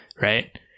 right